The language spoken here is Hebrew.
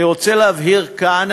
אני רוצה להבהיר כאן,